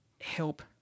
help